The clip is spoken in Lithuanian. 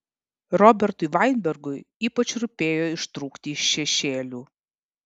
robertui vainbergui ypač rūpėjo ištrūkti iš šešėlių